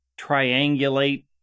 triangulate